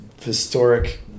historic